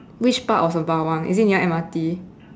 which part of sembawang is it near M_R_T